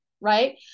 right